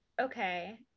okay